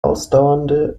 ausdauernde